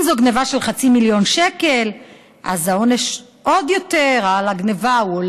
אם זו גנבה של חצי מיליון שקל אז העונש על הגנבה הוא עוד יותר,